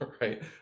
right